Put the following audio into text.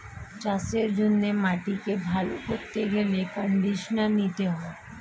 চাষের জন্য মাটিকে ভালো করতে গেলে কন্ডিশনার দিতে হয়